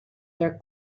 their